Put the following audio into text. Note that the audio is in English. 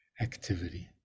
activity